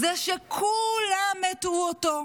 זה שכולם הטעו אותו.